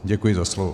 Děkuji za slovo.